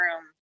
room